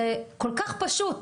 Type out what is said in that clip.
זה כל כך פשוט,